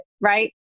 right